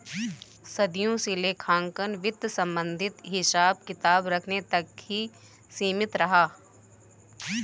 सदियों से लेखांकन वित्त संबंधित हिसाब किताब रखने तक ही सीमित रहा